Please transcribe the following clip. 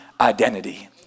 identity